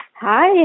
Hi